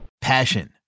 Passion